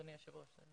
אדוני היושב ראש.